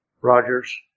Rogers